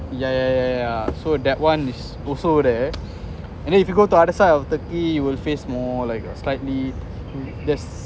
yeah yeah yeah yeah so that one is also there and then if you go to other side of turkey will face more like slightly there's